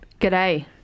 G'day